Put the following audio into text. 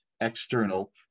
external